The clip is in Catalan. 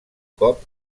cop